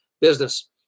business